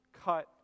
cut